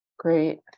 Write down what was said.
Great